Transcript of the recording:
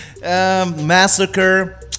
massacre